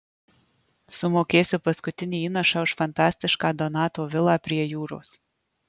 sumokėsiu paskutinį įnašą už fantastišką donato vilą prie jūros